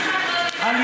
אף אחד לא דיבר על,